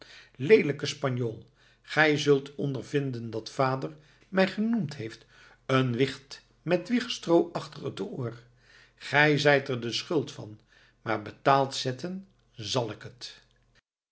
leelijke spanjool gij zult ondervinden dat vader mij genoemd heeft een wicht met wiegstroo achter het oor gij zijt er de schuld van maar betaald zetten zal ik het